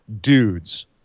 dudes